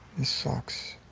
this sucks.